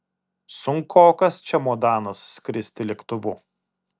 sunkokas čemodanas skristi lėktuvu